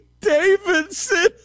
Davidson